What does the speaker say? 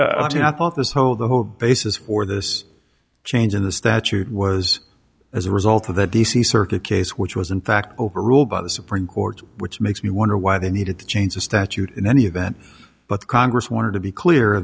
thought this whole the whole basis for this change in the statute was as a result of the d c circuit case which was in fact overruled by the supreme court which makes me wonder why they needed to change the statute in any event but congress wanted to be clear